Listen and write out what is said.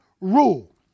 rule